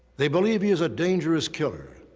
they believe he is a dangerous killer,